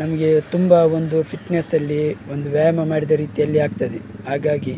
ನಮಗೆ ತುಂಬ ಒಂದು ಫಿಟ್ನೆಸಲ್ಲಿ ಒಂದು ವ್ಯಾಯಾಮ ಮಾಡಿದ ರೀತಿಯಲ್ಲಿ ಆಗ್ತದೆ ಹಾಗಾಗಿ